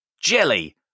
jelly